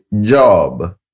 job